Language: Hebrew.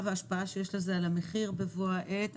וההשפעה שיש לזה על המחיר בבוא העת.